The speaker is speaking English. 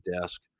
desk